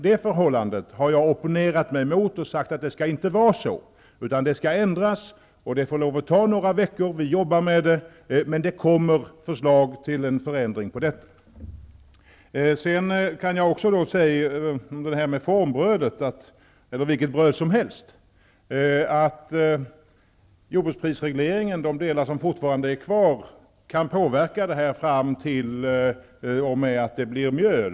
Det förhållandet har jag opponerat mig mot, och jag har sagt att det inte skall vara så. Det skall ändras, men det får lov att ta några veckor. Vi jobbar med det, och det kommer förslag till ändring. Beträffande formbrödet, eller vilket bröd som helst, kan jag säga att de delar som fortfarande är kvar av jordbruksprisregleringen kan påverka priset fram på varan till att det blir mjöl.